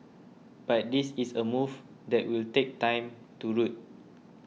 but this is a move that will take time to root